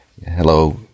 Hello